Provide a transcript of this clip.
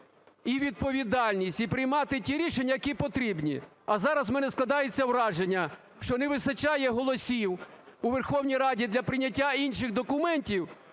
і відповідальність, і приймати ті рішення, які потрібні. А зараз у мене складається враження, що не вистачає голосів у Верховній Раді для прийняття інших документів,